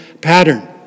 pattern